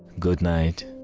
good night!